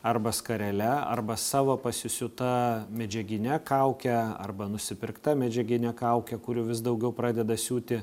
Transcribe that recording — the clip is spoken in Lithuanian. arba skarele arba savo pasisiūta medžiagine kauke arba nusipirkta medžiagine kauke kurių vis daugiau pradeda siūti